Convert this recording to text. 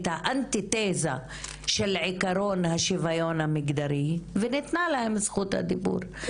את האנטיתזה של עיקרון השוויון המגדרי וניתנה להם זכות הדיבור,